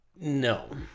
No